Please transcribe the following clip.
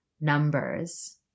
numbers